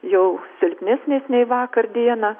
jau silpnesnis nei vakar dieną